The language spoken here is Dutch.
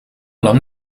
lang